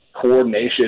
coordination